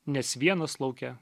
nes vienas lauke